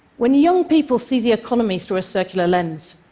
when young people see the economy through a circular lens,